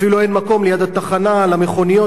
אפילו אין מקום ליד התחנה למכוניות,